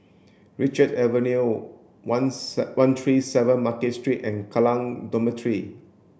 Richard Avenue one one three seven Market Street and Kallang Dormitory